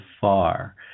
far